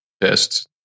tests